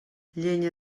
llenya